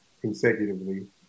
consecutively